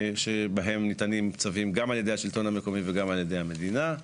שבהם ניתנים צווים גם על ידי השלטון המקומי וגם על ידי המדינה.